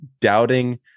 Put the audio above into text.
doubting